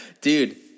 Dude